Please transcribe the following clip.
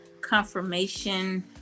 confirmation